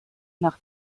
nach